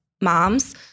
moms